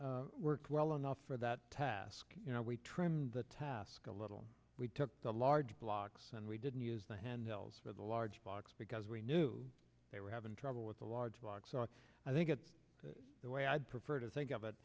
they work well enough for that task we trimmed the task a little we took the large blocks and we didn't use the handles for the large box because we knew they were having trouble with a large box i think that the way i'd prefer to think of it